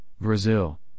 Brazil